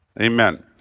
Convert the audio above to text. Amen